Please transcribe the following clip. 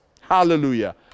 Hallelujah